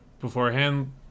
beforehand